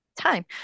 time